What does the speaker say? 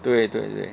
对对对